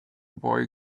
boy